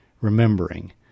remembering